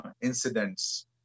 incidents